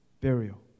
burial